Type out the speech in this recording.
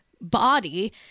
body